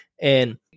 And-